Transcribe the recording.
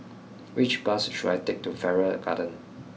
which bus should I take to Farrer Garden